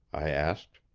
i asked.